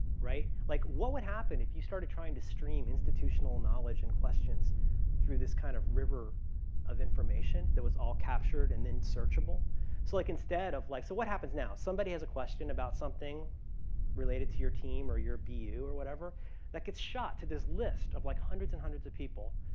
right? like what would happen if you started trying to stream institutional knowledge and questions through this kind of river of information that was all captured and then searchable? so like instead of like, so what happens now? somebody has a question about something related to your team or you're view or whatever that gets shot to this list of like hundreds and hundreds of people,